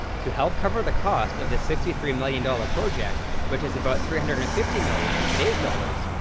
to help cover the cost of the sixty three million dollars project, which is about three hundred and fifty million in today's dollars,